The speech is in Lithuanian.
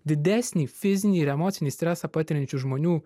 didesnį fizinį ir emocinį stresą patiriančių žmonių